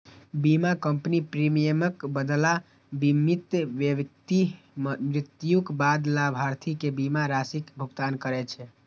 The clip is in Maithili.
बीमा कंपनी प्रीमियमक बदला बीमित व्यक्ति मृत्युक बाद लाभार्थी कें बीमा राशिक भुगतान करै छै